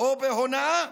או בהונאה.